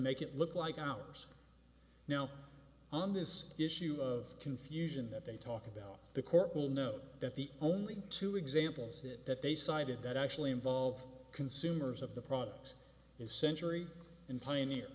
make it look like ours now on this issue of confusion that they talk about the court will note that the only two examples that they cited that actually involve consumers of the product is century in pioneer